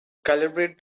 calibrate